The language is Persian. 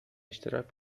اشتراک